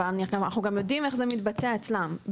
אבל אנחנו גם יודעים איך זה מתבצע אצלם.